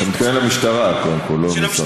אתה מתכוון למשטרה, לא המשרד.